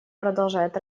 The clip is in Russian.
продолжает